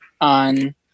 on